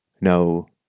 no